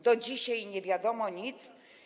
Do dzisiaj nie wiadomo nic.